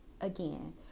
Again